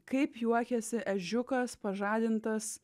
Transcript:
kaip juokiasi ežiukas pažadintas